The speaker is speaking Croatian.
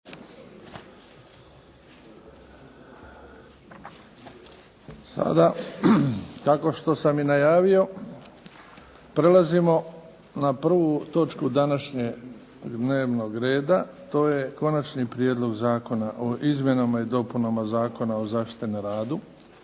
Sada kao što sam najavio prelazimo na prvu točku današnjeg dnevnog reda, to je - Konačni prijedlog zakona o izmjenama i dopunama Zakona o zaštiti na radu,